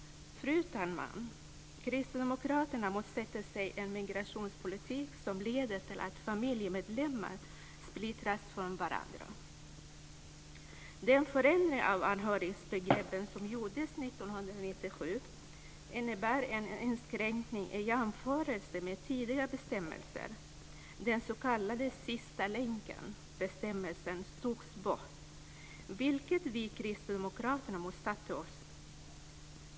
Fru talman! Kristdemokraterna motsätter sig en migrationspolitik som leder till att familjer splittras. Den förändring av anhörigbegreppet som gjordes 1997 innebär en inskränkning i jämförelse med tidigare bestämmelser. Bestämmelsen om den s.k. sista länken togs bort, vilket vi kristdemokrater motsatte oss.